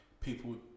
people